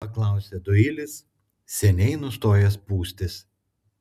paklausė doilis seniai nustojęs pūstis